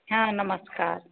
हाँ नमस्कार